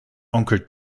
onkel